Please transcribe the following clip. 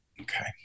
Okay